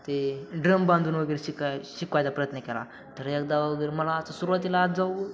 ते ड्रम बांधून वगैरे शिकाय शिकवायचा प्रयत्न केला थोड्या वगैरे मला असं सुरवातीला आज जाऊ